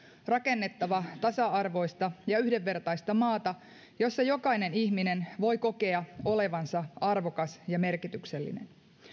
rakennettava tasa arvoista ja yhdenvertaista maata jossa jokainen ihminen voi kokea olevansa arvokas ja merkityksellinen